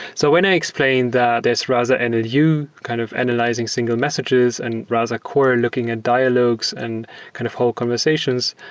so when i explained that as rasa and nlu kind of analyzing single messages and rasa core looking at dialogues and kind of whole conversations,